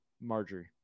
Marjorie